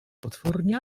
potwornie